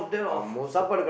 are most